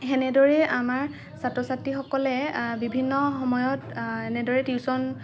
সেনেদৰে আমাৰ ছাত্ৰ ছাত্ৰীসকলে বিভিন্ন সময়ত এনেদৰে টিউচন